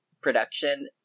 production